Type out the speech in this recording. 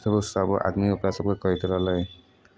सभ आदमी ओकरासभके कहैत रहलै